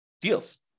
deals